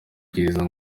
bwiza